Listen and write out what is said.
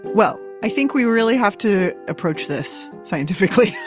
well, i think we really have to approach this scientifically.